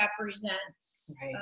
represents